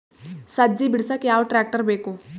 ಸಜ್ಜಿ ಬಿಡಸಕ ಯಾವ್ ಟ್ರ್ಯಾಕ್ಟರ್ ಬೇಕು?